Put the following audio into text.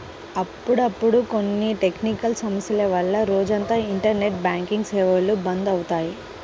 అప్పుడప్పుడు కొన్ని టెక్నికల్ సమస్యల వల్ల రోజంతా ఇంటర్నెట్ బ్యాంకింగ్ సేవలు బంద్ అవుతాయి